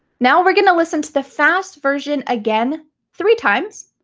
now we're gonna listen to the fast version again three times,